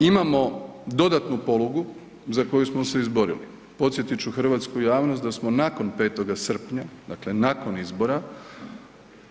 Imamo dodatnu polugu za koju smo se izborili, podsjetit ću hrvatsku javnost da smo nakon 5. srpnja, dakle nakon izbora